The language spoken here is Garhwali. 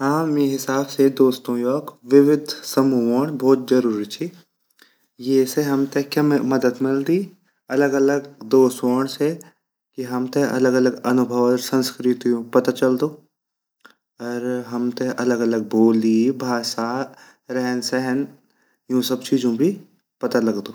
हाँ मेरा हिसाब से दोस्तों योक विविद समूह वॉन्ड भोत ज़रूरी ची येसे हमते क्या मदद मिलदी अलग-अलग दोस्त बॉन्ड से अलग-अलग अनुभव अर संस्कृतयु पता चल्दु अर हमते अलग-अलग बोली भाषा अर रहनसहन ये सब चीज़ो भी पता लगदु।